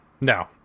No